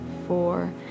four